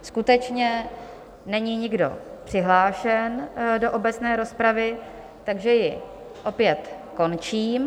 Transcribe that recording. Skutečně není nikdo přihlášen do obecné rozpravy, takže ji opět končím.